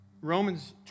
Romans